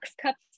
cups